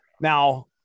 now